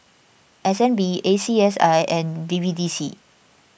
S N B A C S I and B B D C